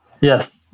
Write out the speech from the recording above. Yes